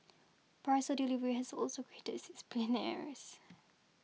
parcel delivery has also created six billionaires